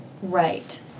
Right